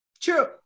True